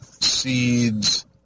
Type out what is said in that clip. seeds